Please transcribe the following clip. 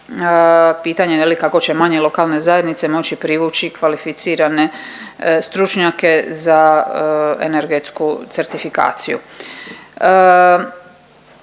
Pitanje je, je li kako će manje lokalne zajednice moći privući kvalificirane stručnjake za energetsku certifikaciju.